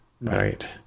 Right